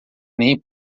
nem